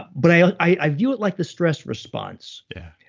but i ah i view it like the stress response yeah